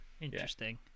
Interesting